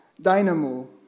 dynamo